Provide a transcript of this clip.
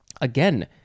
Again